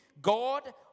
God